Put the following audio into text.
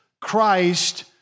Christ